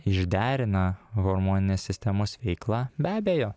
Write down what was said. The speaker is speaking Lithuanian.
išderina hormoninės sistemos veiklą be abejo